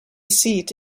seat